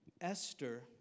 Esther